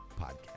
podcast